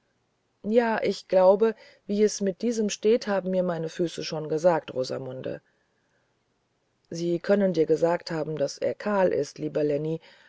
denfußboden ich glaube wie es mit diesem steht haben mir meine füße schon gesagt rosamunde sie können dir gesagt haben daß er kahl ist lieber